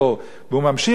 והוא ממשיך וממשיך,